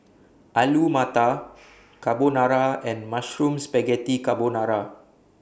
Alu Matar Carbonara and Mushroom Spaghetti Carbonara